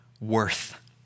worth